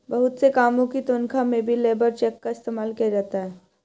बहुत से कामों की तन्ख्वाह में भी लेबर चेक का इस्तेमाल किया जाता है